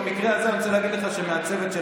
במקרה הזה אני רוצה להגיד לך שמהצוות של